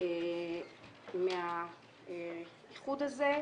מהאיחוד הזה,